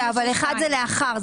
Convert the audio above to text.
אבל אחד הוא "לאחר".